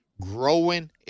growing